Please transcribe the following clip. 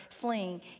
fleeing